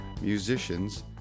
musicians